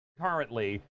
currently